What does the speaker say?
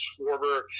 Schwarber